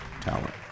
talent